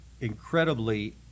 incredibly